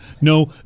No